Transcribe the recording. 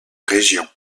région